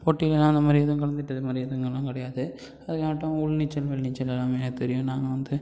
போட்டியிலலாம் அந்த மாதிரி எதுவும் கலந்துகிட்டது மாதிரி எதுங்கள்லாம் கிடையாது அதுங்காட்டும் உள் நீச்சல் வெளி நீச்சல் எல்லாமே தெரியும் நாங்கள் வந்து